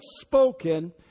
spoken